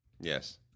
Yes